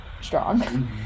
strong